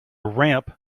ramp